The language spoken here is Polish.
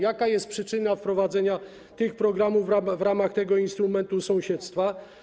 Jaka jest przyczyna wprowadzenia tych programów w ramach tego instrumentu sąsiedztwa?